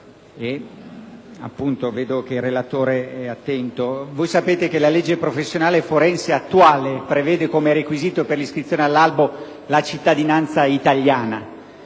- sapete che la legge professionale forense attuale prevede come requisito per l'iscrizione all'albo la cittadinanza italiana.